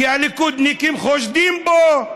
כי הליכודניקים חושדים בו.